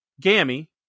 Gammy